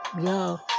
yo